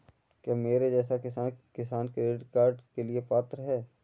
क्या मेरे जैसा किसान किसान क्रेडिट कार्ड के लिए पात्र है?